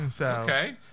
Okay